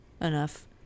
enough